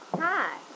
Hi